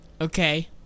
Okay